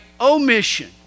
omission